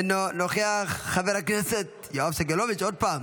אינו נוכח, חבר הכנסת יואב סגלוביץ', עוד פעם,